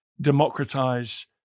democratize